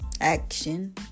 action